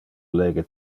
lege